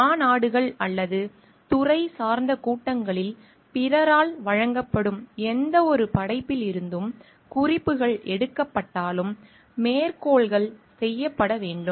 மாநாடுகள் அல்லது துறை சார்ந்த கூட்டங்களில் பிறரால் வழங்கப்படும் எந்தவொரு படைப்பிலிருந்தும் குறிப்புகள் எடுக்கப்பட்டாலும் மேற்கோள்கள் செய்யப்பட வேண்டும்